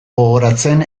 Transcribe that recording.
gogoratzen